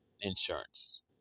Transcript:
insurance